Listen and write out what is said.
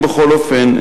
בכל אופן,